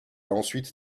ensuite